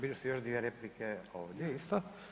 Bile su još dvije replike ovdje isto.